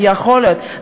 יכול להיות.